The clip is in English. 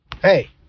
Hey